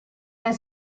nel